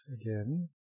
again